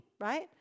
right